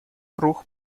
круг